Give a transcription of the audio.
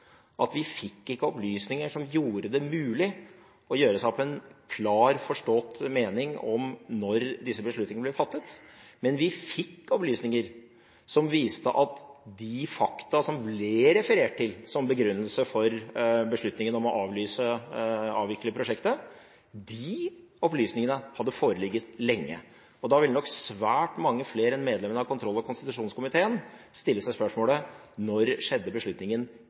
at vi ikke fikk opplysninger som gjorde det mulig å gjøre seg opp en klar, forstått mening om når disse beslutningene ble fattet. Men vi fikk opplysninger som viste at de fakta som ble referert til som begrunnelse for beslutningen om å avvikle prosjektet, hadde foreligget lenge. Da vil nok svært mange flere enn medlemmer av kontroll- og konstitusjonskomiteen stille seg spørsmålet: Når skjedde beslutningen